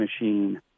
machine